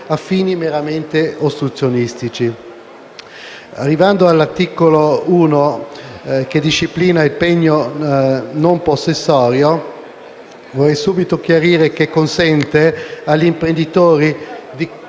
a fini meramente ostruzionistici. Arrivando all'articolo 1, che disciplina il pegno non possessorio, vorrei subito chiarire che esso consente agli imprenditori di